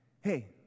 hey